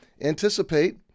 anticipate